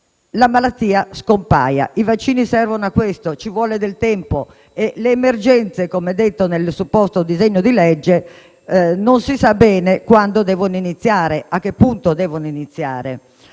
la malattia scompaia. I vaccini servono a questo, ci vuole del tempo e le emergenze, come detto nelle supposto disegno di legge, non si sa bene a che punto devono iniziare.